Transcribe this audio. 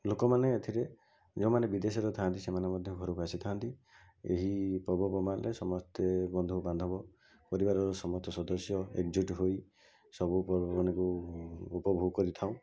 ଲୋକମାନେ ଏଥିରେ ଯେଉଁମାନେ ବିଦେଶରେ ଥାଆନ୍ତି ସେମାନେ ମଧ୍ୟ ଘରକୁ ଆସିଥାନ୍ତି ଏହି ପର୍ବପର୍ବାଣୀରେ ସମସ୍ତେ ବନ୍ଧୁବାନ୍ଧବ ପରିବାରର ସମସ୍ତ ସଦସ୍ୟ ଏକଜୁଟ୍ ହୋଇ ସବୁ ପର୍ବପର୍ବାଣୀକୁ ଉପଭୋଗ କରିଥାଉ